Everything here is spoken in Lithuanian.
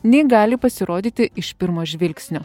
nei gali pasirodyti iš pirmo žvilgsnio